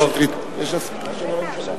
על מנת להכינה לקריאה ראשונה.